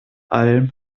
alm